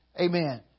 Amen